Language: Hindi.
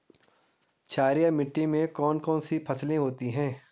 क्षारीय मिट्टी में कौन कौन सी फसलें होती हैं?